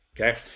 Okay